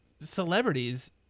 celebrities